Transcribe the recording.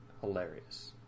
hilarious